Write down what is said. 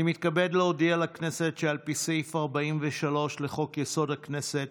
אני מתכבד להודיע לכנסת שעל פי סעיף 43 לחוק-יסוד: הכנסת,